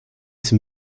zum